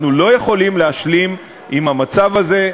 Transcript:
אנחנו לא יכולים להשלים עם המצב הזה,